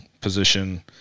position